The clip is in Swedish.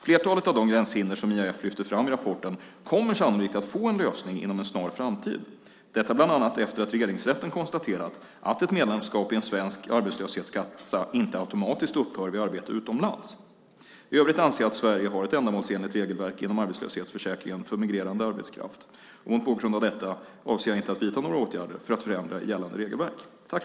Flertalet av de gränshinder som IAF lyfter fram i rapporten kommer sannolikt att få en lösning inom en snar framtid, detta bland annat efter att Regeringsrätten konstaterat att ett medlemskap i en svensk arbetslöshetskassa inte automatiskt upphör vid arbete utomlands. I övrigt anser jag att Sverige har ett ändamålsenligt regelverk inom arbetslöshetsförsäkringen för migrerande arbetskraft. Mot bakgrund av detta avser jag inte att vidta några åtgärder för att förändra i gällande regelverk.